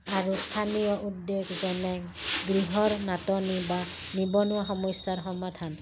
আৰু স্থানীয় উদ্দেশ যেনে গৃহৰ নাটনি বা নিবনুৱা সমস্যাৰ সমাধান